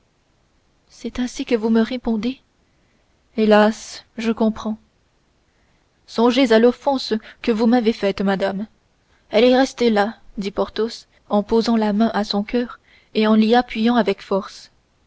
c'est ainsi que vous me répondez hélas je comprends songez à l'offense que vous m'avez faite madame elle est restée là dit porthos en posant la main à son coeur et en l'y appuyant avec force